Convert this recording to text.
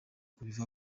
kubivamo